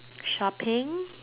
shopping